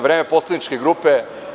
Vreme poslaničke grupe?